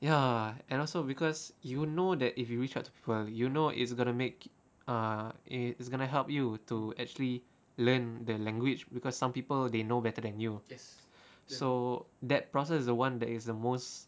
ya and also because you know that if you reach out to people you know it's gonna make ah it's gonna help you to actually learn the language because some people they know better than you so that process is the one that is the most